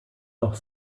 noch